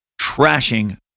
trashing